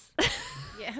yes